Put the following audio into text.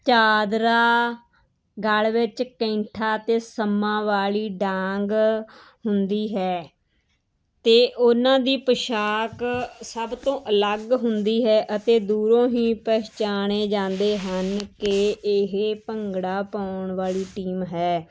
ਚਾਦਰਾ ਗਲ ਵਿੱਚ ਕੈਂਠਾ ਅਤੇ ਸੰਮਾ ਵਾਲੀ ਡਾਂਗ ਹੁੰਦੀ ਹੈ ਅਤੇ ਉਹਨਾਂ ਦੀ ਪੁਸ਼ਾਕ ਸਭ ਤੋਂ ਅਲੱਗ ਹੁੰਦੀ ਹੈ ਅਤੇ ਦੂਰੋਂ ਹੀ ਪਹਿਚਾਣੇ ਜਾਂਦੇ ਹਨ ਕਿ ਇਹ ਭੰਗੜਾ ਪਾਉਣ ਵਾਲੀ ਟੀਮ ਹੈ